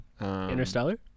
Interstellar